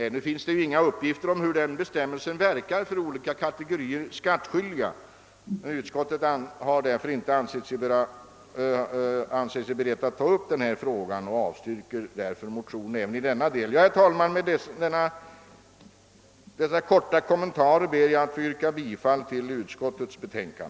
Ännu finns det inga upp gifter om hur bestämmelsen verkar för olika kategorier skattskyldiga, och utskottet har därför inte varit berett att ta upp frågan utan avstyrker motionerna även i denna del. Herr talman! Med dessa korta kommentarer ber jag att få yrka bifall till utskottets hemställan.